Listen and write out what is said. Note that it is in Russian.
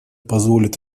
позволит